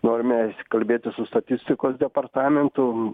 norime kalbėtis su statistikos departamentu